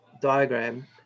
diagram